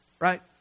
right